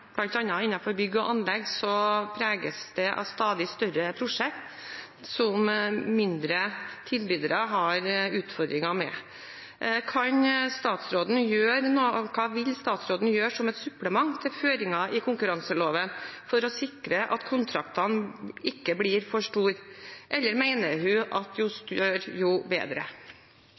bygg og anlegg preges av stadig større prosjekter som mindre tilbydere har utfordringer med. Kan statsråden gjøre noe, og hva vil statsråden gjøre som et supplement til føringer i konkurranseloven for å sikre at kontraktene ikke blir for store? Eller mener hun at jo større, jo bedre?